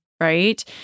right